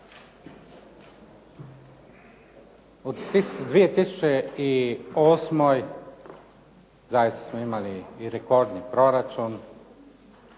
U 2008. zaista smo imali i rekordni proračun,